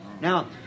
now